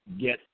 get